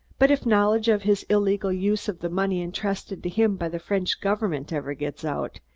but if knowledge of his illegal use of the money entrusted to him by the french government ever gets out,